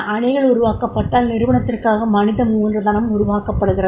அணிகள் உருவாக்கப்பட்டால் நிறுவனத்திற்காக மனித மூலதனம் உருவாக்கப்படுகிறது